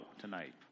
tonight